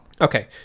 Okay